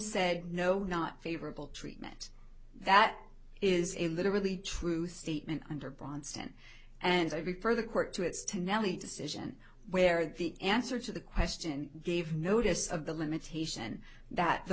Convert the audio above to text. said no not favorable treatment that is a literally truth statement under bronston and i refer the court to its to nellie decision where the answer to the question gave notice of the limitation that the